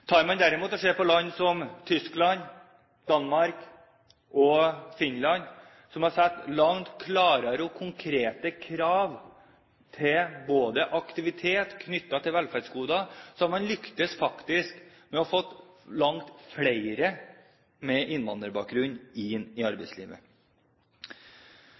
man derimot på land som Tyskland, Danmark og Finland, som har stilt langt klarere og konkrete krav til aktivitet knyttet til velferdsgoder, ser man at de faktisk har lyktes med å få langt flere med innvandrerbakgrunn inn i